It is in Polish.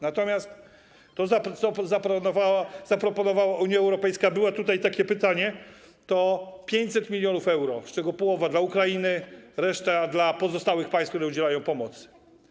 Natomiast to, co zaproponowała Unia Europejska - było tutaj takie pytanie - to 500 mln euro, z czego połowa dla Ukrainy, a reszta dla pozostałych państw, które udzielają pomocy.